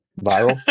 viral